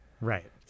Right